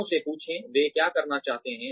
लोगों से पूछे वे क्या करना चाहते हैं